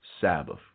Sabbath